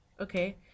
okay